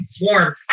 Warm